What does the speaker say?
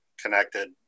connected